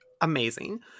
Amazing